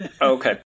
Okay